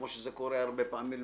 כמו שזה קורה הרבה פעמים במשרדים,